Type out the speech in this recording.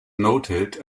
noted